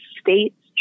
states